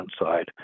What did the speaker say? inside